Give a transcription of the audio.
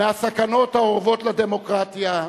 מהסכנות האורבות לדמוקרטיה: